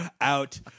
out